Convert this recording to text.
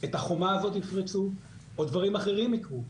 את החומה הזאת יפרצו או דברים אחרים יקרו,